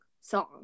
song